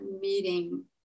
meeting